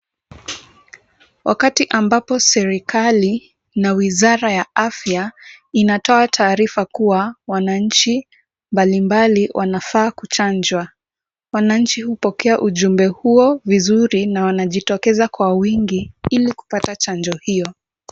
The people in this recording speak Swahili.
Wakati ambapo serikali na wizara ya afya inatoa taarifa kuwa wananchi mbalimbali wanafaa kuchanjwa. Wananchi hupokea ujumbe huo vizuri na wanajitokeza kwa wingi ili kupata chanjo hiyo.